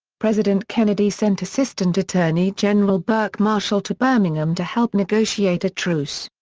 president kennedy sent assistant attorney general burke marshall to birmingham to help negotiate a truce.